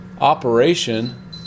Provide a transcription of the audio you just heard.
operation